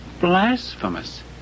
blasphemous